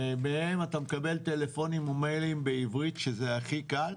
ומהם אתה מקבל מיילים וטלפונים בעברית שזה הכי קל,